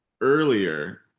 earlier